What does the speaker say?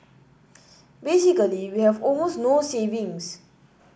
basically we have almost no savings